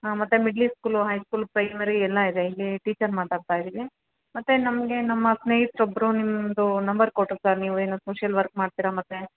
ಹಾಂ ಮತ್ತು middle school high school primary ಎಲ್ಲ ಇದೆ ಇಲ್ಲಿ ಟೀಚರ್ ಮಾತಾಡ್ತಾ ಇದ್ದೀವಿ ಮತ್ತು ನಮಗೆ ನಮ್ಮ ಸ್ನೇಹಿತರು ಒಬ್ಬರು ನಿಮ್ಮದು ನಂಬರ್ ಕೊಟ್ಟರು ಸರ್ ನೀವು ಏನೋ ಸೋಶಿಯಲ್ ವರ್ಕ್ ಮಾಡ್ತೀರಾ ಮತ್ತು